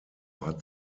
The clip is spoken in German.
hat